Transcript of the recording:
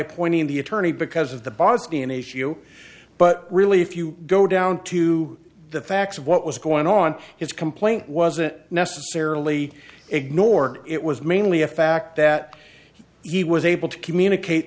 appointing the attorney because of the bosnian issue but really if you go down to the facts of what was going on his complaint wasn't necessarily ignored it was mainly a fact that he was able to communicate